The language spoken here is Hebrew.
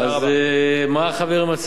אז מה החברים מציעים?